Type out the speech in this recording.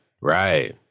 right